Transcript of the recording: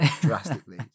Drastically